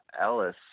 Ellis